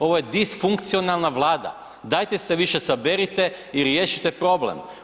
Ovo je disfunkcionalna Vlada, dajte se više saberite i riješite problem.